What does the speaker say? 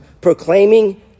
proclaiming